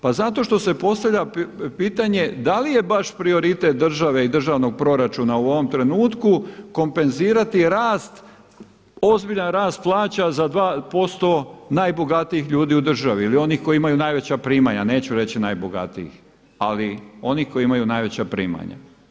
Pa zato što se postavlja pitanje da li je baš prioritet države i državnog proračuna u ovom trenutku kompenzirati rast, ozbiljan rast plaća za 2% najbogatijih ljudi u državi ili onih koji imaju najveća primanja, neću reći najbogatijih, ali onih koji imaju najveća primanja.